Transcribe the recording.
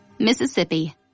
Mississippi